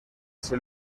ese